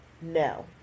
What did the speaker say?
no